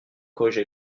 corrigé